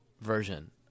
version